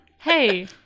Hey